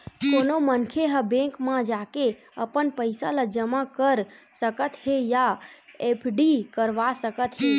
कोनो मनखे ह बेंक म जाके अपन पइसा ल जमा कर सकत हे या एफडी करवा सकत हे